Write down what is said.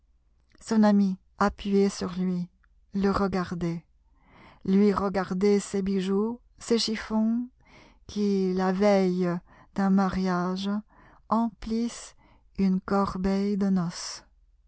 son amie appuyée sur lui le regardait lui regardait ces bijoux ces chiffons qui la veille d'un mariage emplissent une corbeille de noce